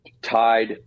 tied